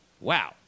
wow